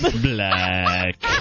Black